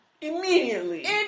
Immediately